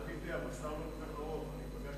תאמין לי, המסע לא כל כך ארוך.